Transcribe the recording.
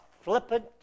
flippant